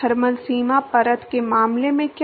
thermal सीमा परत के मामले में क्या